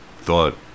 thought